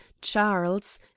Charles